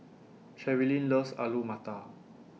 Cherilyn loves Alu Matar